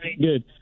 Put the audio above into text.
Good